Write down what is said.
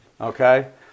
okay